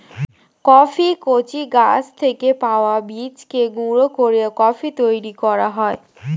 কফির কচি গাছ থেকে পাওয়া বীজকে গুঁড়ো করে কফি তৈরি করা হয়